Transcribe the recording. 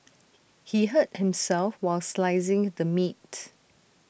he hurt himself while slicing the meat